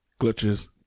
glitches